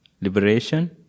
liberation